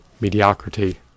mediocrity